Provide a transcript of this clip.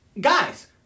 Guys